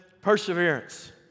perseverance